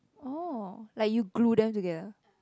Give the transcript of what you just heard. oh like you glue them down together